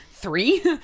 Three